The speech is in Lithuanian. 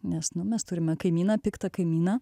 nes nu mes turime kaimyną piktą kaimyną